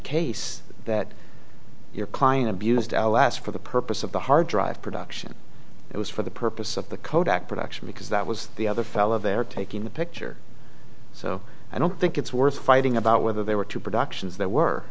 case that your client abused last for the purpose of the hard drive production it was for the purpose of the kodak production because that was the other fellow there taking the picture so i don't think it's worth fighting about whether they were to productions that were